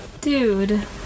Dude